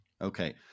Okay